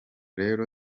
rero